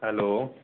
hello